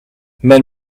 men